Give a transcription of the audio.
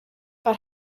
but